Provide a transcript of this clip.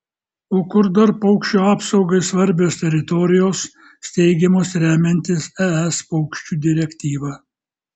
o kur dar paukščių apsaugai svarbios teritorijos steigiamos remiantis es paukščių direktyva